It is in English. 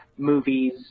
Movies